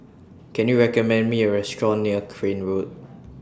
Can YOU recommend Me A Restaurant near Crane Road